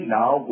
now